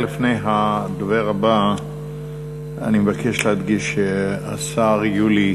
לפני הדובר הבא אני מבקש להדגיש שהשר יולי